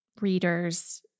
readers